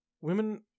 women